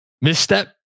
misstep